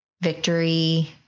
victory